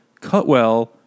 Cutwell